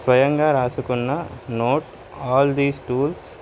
స్వయంగా రాసుకున్న note all this tools